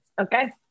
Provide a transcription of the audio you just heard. Okay